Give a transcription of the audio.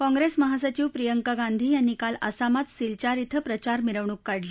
काँग्रेस महासचिव प्रियंका गांधी यांनी काल आसामात सिलचार इथं प्रचार मिरवणूक काढली